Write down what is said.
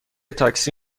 تاکسی